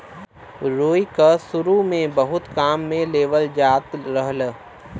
रुई क सुरु में बहुत काम में लेवल जात रहल